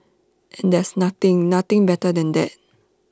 and there's nothing nothing better than that